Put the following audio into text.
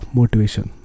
motivation